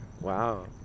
wow